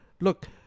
Look